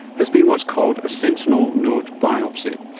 has been what's called a sentinel node biopsy.